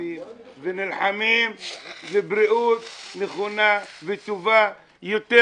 ושואפים ונלחמים לבריאות נכונה וטובה יותר